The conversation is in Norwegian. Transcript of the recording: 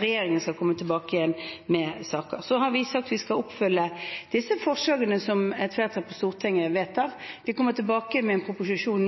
regjeringen skal komme tilbake igjen med saker. Vi har sagt vi skal følge opp disse forslagene som et flertall på Stortinget vedtar. Vi kommer tilbake med en proposisjon